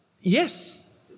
yes